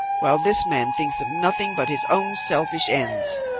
while this man thinks of nothing but his own selfish ends.